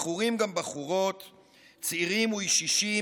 בחורים וגם בחורות / צעירים וישישים,